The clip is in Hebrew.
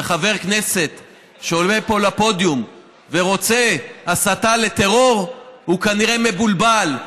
חבר כנסת שעולה פה לפודיום ורוצה הסתה לטרור הוא כנראה מבולבל,